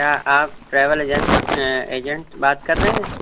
کیا آپ travel agent agent بات کر رہے ہیں